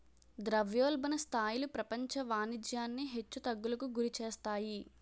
ద్రవ్యోల్బణ స్థాయిలు ప్రపంచ వాణిజ్యాన్ని హెచ్చు తగ్గులకు గురిచేస్తాయి